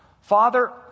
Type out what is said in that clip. Father